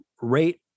rate